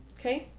ok?